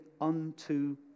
unto